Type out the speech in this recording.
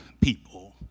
people